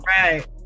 right